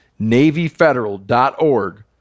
NavyFederal.org